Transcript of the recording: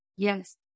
Yes